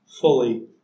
fully